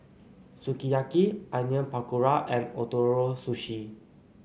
Sukiyaki Onion Pakora and Ootoro Sushi